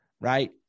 right